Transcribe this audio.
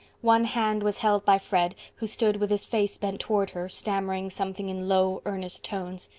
one hand was held by fred, who stood with his face bent toward her, stammering something in low earnest tones.